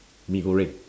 mee goreng